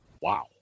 Wow